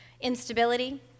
instability